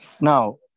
Now